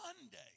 Monday